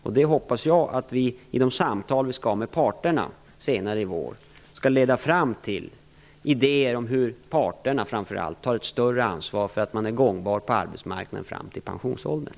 Jag hoppas att de samtal vi skall ha med parterna senare i vår skall leda fram till idéer om hur framför allt parterna skall kunna ta ett större ansvar för att människor är gångbara på arbetsmarknaden fram till pensionsåldern.